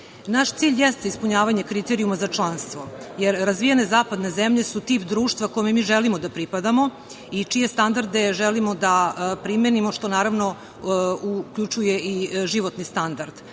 cilj jeste ispunjavanje kriterijuma za članstvo, jer razvijene zapadne zemlje su tip društva kome mi želimo da pripadamo i čije standarde želimo da primenimo, što naravno uključuje i životni standard. Evropska